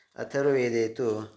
अथर्ववेदे तु